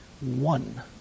One